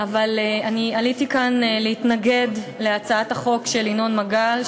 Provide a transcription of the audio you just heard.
אנחנו רואים בהצעה הזו הצעה ממש ממש דרמטית,